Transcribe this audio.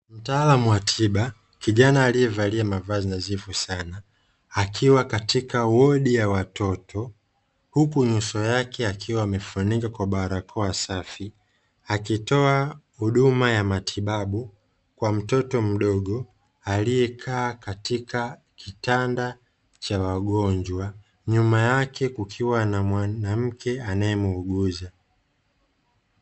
Mtaalamu wa tiba kijana aliyevalia mavazi nadhimu sana amesimama mbele ya mtoto akitoa matibabu kwa mtoto nyuma yake kukiwa na mwanamke aliyesimama